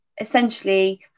essentially